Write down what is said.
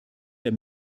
der